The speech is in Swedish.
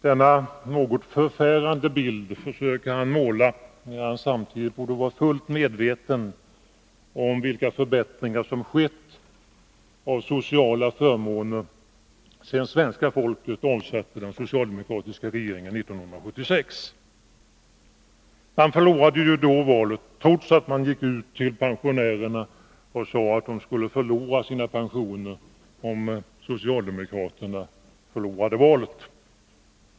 Denna något förfärande bild försöker han måla, samtidigt som han borde vara fullt medveten om vilka förbättringar som skett av sociala förmåner sedan svenska folket avsatte den socialdemokratiska regeringen 1976. Socialdemokraterna förlorade då valet — trots att de gick ut till pensionärerna och sade att 161 Sättet att fastställa dessa skulle förlora sina pensioner om socialdemokraterna förlorade valet.